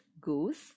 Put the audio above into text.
goes